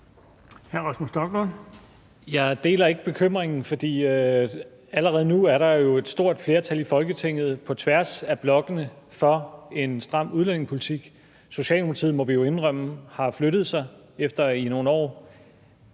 Jeg deler ikke bekymringen, for allerede nu er der jo et stort flertal i Folketinget på tværs af blokkene for en stram udlændingepolitik. Socialdemokratiet må vi jo indrømme har flyttet sig efter i nogle år